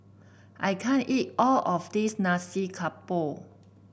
I can't eat all of this Nasi Campur